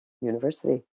University